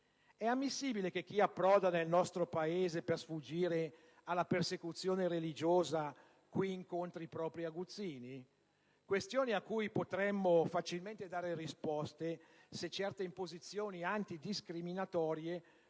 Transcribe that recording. È ammissibile che chi approda nel nostro Paese per sfuggire alla persecuzione religiosa qui incontri i propri aguzzini? Potremmo facilmente dare risposta a tali questioni se certe imposizioni antidiscriminatorie